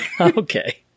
Okay